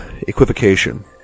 equivocation